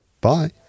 Bye